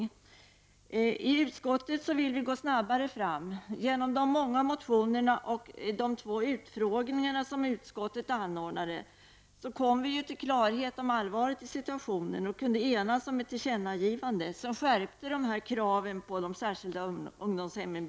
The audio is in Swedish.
I utskottet vill vi gå snabbare fram. Genom de många motionerna och de två utfrågningar som utskottet anordnade kom vi till klarhet om allvaret i situationen och kunde enas om ett tillkännagivande, som betydligt skärpte kraven på de särskilda ungdomshemmen.